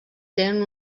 tenen